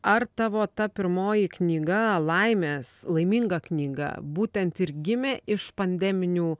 ar tavo ta pirmoji knyga laimės laiminga knyga būtent ir gimė iš pandeminių